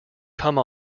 come